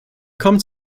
kommen